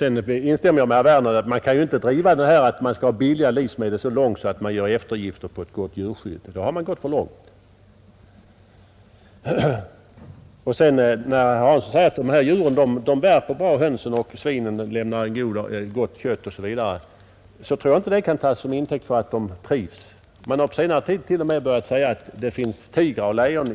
Jag instämmer i vad herr Werner sade om att man inte kan driva förbilligandet av livsmedel så långt att man gör eftergifter i fråga om ett gott djurskydd. Då har man gått för långt. Herr Hansson säger att hönsen värper bra och att svinen lämnar gott kött. Jag tror inte att det kan tas som intäkt för att de trivs. Man har på senare tid börjat säga att det i en del djurparker finns tigrar och lejon